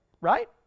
right